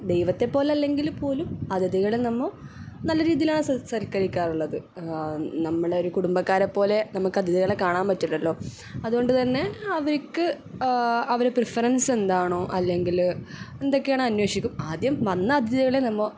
ദൈവത്തെപോലെ അല്ലെങ്കിൽ പോലും അതിഥികളെ നമ്മൾ നല്ല രീതിയിലാണ് സത്കരിക്കാറുള്ളത് നമ്മളൊരു കുടുംബക്കാരെപോലെ നമുക്ക് അതിഥികളെ കാണാൻ പറ്റില്ലല്ലൊ അതുകൊണ്ട് തന്നെ അവര്ക്ക് അവരുടെ പ്രിഫറൻസ്സെന്താണോ അല്ലെങ്കില് എന്തൊക്കെയാന്നന്വേഷിക്കും ആദ്യം വന്ന അതിഥികളെ നമ്മൾ സ്